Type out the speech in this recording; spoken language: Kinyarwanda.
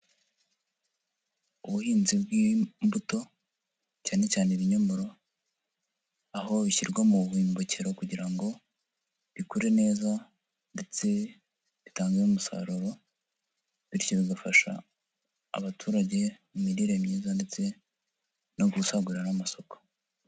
Ubuhinzi bw'imbuto, cyane cyane ibinyomoro, aho bishyirwa mu bubombekero kugira ngo bikure neza ndetse bitange n'umusaruro, bityo bigafasha abaturage mu mirire myiza ndetse no gusagurira n'amasoko.